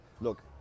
look